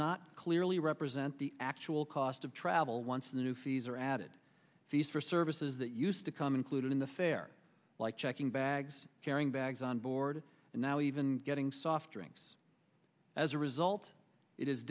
not clearly represent the actual cost of travel once the new fees are added fees for services that used to come included in the fare like checking bags carrying bags on board and now even getting soft drinks as a result it is